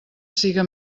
siga